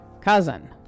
cousin